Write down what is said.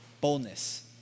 Boldness